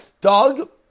Dog